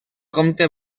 comte